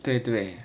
对对